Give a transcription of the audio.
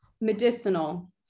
medicinal